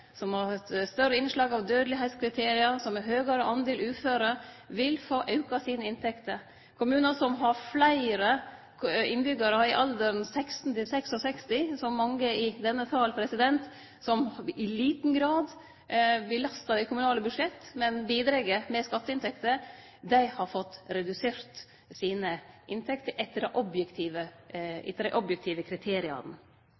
større innslag av dødelegheitskriterium, som har høgare tal uføre, vil få auka sine inntekter. Kommunar som har fleire innbyggjarar i alderen 16 til 66 – slik som mange i denne sal, som i liten grad belastar det kommunale budsjettet, men bidreg med skatteinntekter – har fått redusert inntektene sine etter dei objektive